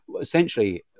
essentially